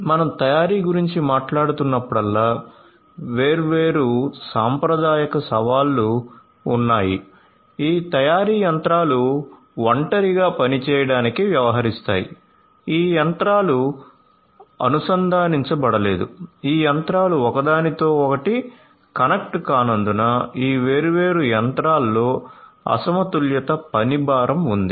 మనం తయారీ గురించి మాట్లాడుతున్నప్పుడల్లా వేర్వేరు సాంప్రదాయక సవాళ్లు ఉన్నాయి ఈ తయారీ యంత్రాలు ఒంటరిగా పనిచేయడానికి వ్యవహరిస్తాయి ఈ యంత్రాలు అనుసంధానించబడలేదు ఈ యంత్రాలు ఒకదానితో ఒకటి కనెక్ట్ కానందున ఈ వేర్వేరు యంత్రాలలో అసమతుల్యత పని భారం ఉంది